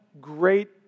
great